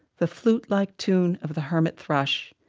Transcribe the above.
the flutelike tune of the hermit thrush,